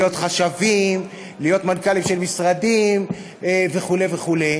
להיות חשבים, להיות מנכ"לים של משרדים וכו' וכו',